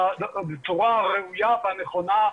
בצורה הראויה והנכונה,